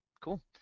cool